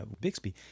Bixby